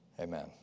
Amen